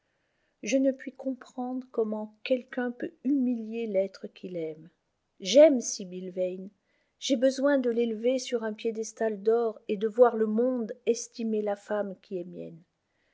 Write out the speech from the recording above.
je ne puis comprendre comment quelqu'un peut humilier l'être qu'il aime j'aime sibyl yane j'ai besoin de l'élever sur un piédestal d'or et de voir le monde estimer la femme qui est